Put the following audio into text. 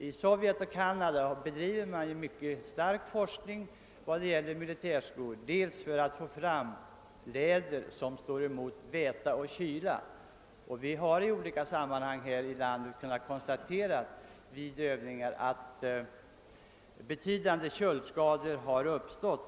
I Sovjet och Canada bedrivs mycket intensiv forskning på området, bl.a. för att få fram läder som står emot väta och kyla. Här i landet har det vid olika tillfällen under övningar konstaterats att betydande köldskador uppstått.